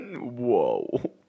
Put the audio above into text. Whoa